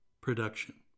production